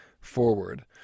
forward